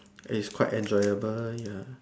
is quite enjoyable ya